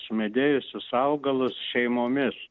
sumedėjusius augalus šeimomis